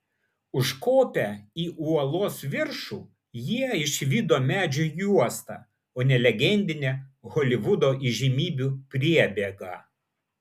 užkopę į uolos viršų jie išvydo medžių juostą o ne legendinę holivudo įžymybių priebėgą